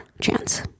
chance